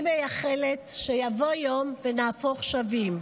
אני מייחלת שיבוא יום ונהפוך שווים.